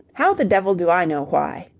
how the devil do i know why?